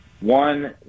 one